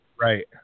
Right